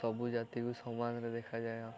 ସବୁ ଜାତିକୁ ସମାନରେ ଦେଖାଯାଏ